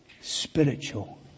spiritual